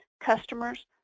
customers